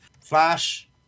Flash